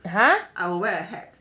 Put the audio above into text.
!huh!